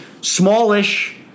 smallish